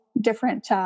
different